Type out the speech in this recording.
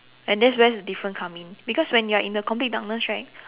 and that's when the difference come in because when you're in the complete darkness right